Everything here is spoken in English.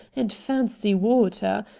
and fancy water!